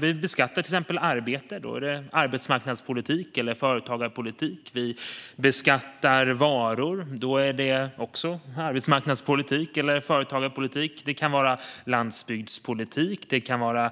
Vi beskattar till exempel arbete, och då är det arbetsmarknadspolitik eller företagarpolitik. Vi beskattar varor, och då är det också arbetsmarknadspolitik eller företagarpolitik. Det kan vara landsbygdspolitik, det kan vara